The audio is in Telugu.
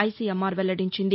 ఐసీఎంఆర్ వెల్లడించింది